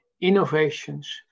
innovations